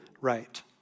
right